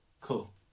cool